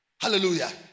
Hallelujah